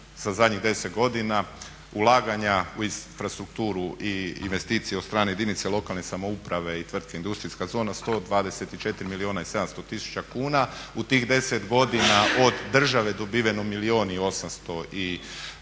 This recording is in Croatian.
za zadnjih 10 godina ulaganja u infrastrukturu i investicije od strane jedinice lokalne samouprave i tvrtke Industrijska zona 124 milijuna i 700 tisuća kuna. U tih 10 godina od države dobiveno milijun i 800 i nešto.